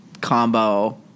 combo